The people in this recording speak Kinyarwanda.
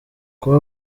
kuba